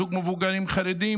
זוג מבוגרים חרדים,